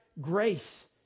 grace